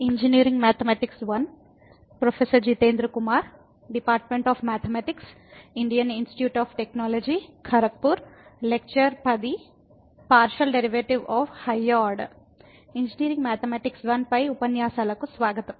engineering mathematics 1 పై ఉపన్యాసాలకు స్వాగతం